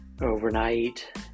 overnight